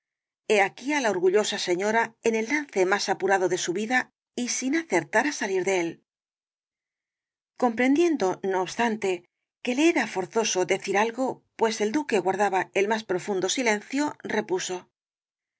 aquí á la orgullosa señora en el lance más apurado de su vida y sin acertar á salir de él comprendiendo no obstante que le era forzoso decir algo pues el duque guardaba el más profundo silencio repuso